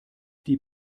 die